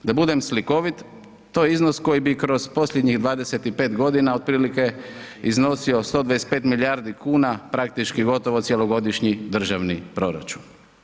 Da budem slikovit, to je iznos koji bi kroz posljednjih 25.g. otprilike iznosio 125 milijardi kuna, praktički gotovo cjelogodišnji državni proračun.